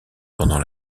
pendant